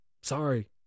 Sorry